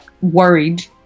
worried